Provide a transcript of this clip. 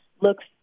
looks